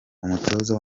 umutoza